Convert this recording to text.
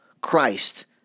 Christ